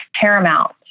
paramount